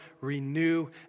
renew